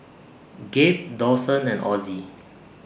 Gabe Dawson and Ozzie